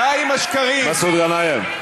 למה, למה, מסעוד גנאים.